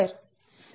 దాని అర్థం Dsa r